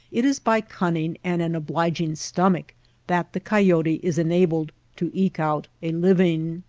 it is by cunning and an obliging stomach that the coyote is enabled to eke out a living.